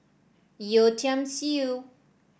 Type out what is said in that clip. Yeo Tiam Siew